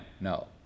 no